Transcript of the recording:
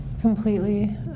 Completely